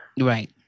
right